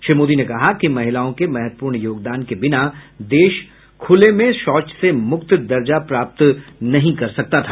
श्री मोदी ने कहा कि महिलाओं के महत्वपूर्ण योगदान के बिना देश खुले में शौच से मुक्त दर्जा प्राप्त नहीं कर सकता था